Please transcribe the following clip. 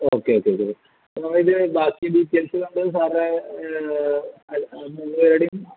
okay okay okay നമ്മളെ ഇതില് ബാക്കി ഡീറ്റെയിൽസ് നമ്മള് സാറിൻ്റെ നമ്മൾ എവിടേയും